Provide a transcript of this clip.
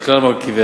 על כלל מרכיביה,